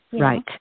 Right